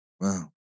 Wow